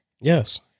Yes